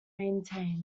maintain